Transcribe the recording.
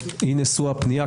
והיא נשוא הפנייה,